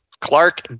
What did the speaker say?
Clark